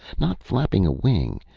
not flapping a wing,